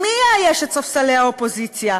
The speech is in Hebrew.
מי יאייש את ספסלי האופוזיציה?